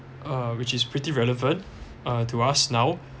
uh which is pretty relevant uh to us now